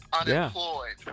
unemployed